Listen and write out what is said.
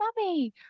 mummy